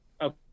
Okay